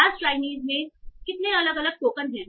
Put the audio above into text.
class Chinese में कितने अलग अलग टोकन हैं